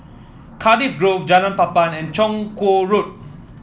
Cardiff Grove Jalan Papan and Chong Kuo Road